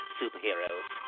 superheroes